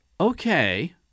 okay